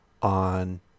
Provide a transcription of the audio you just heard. On